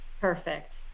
Perfect